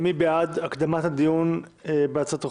מי בעד הקדמת הדיון בהצעת החוק,